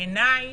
בעיניי,